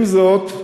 עם זאת,